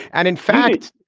and in fact,